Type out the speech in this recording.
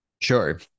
Sure